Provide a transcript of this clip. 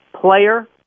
player